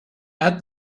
add